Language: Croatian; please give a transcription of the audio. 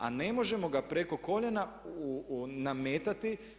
A ne možemo ga preko koljena nametati.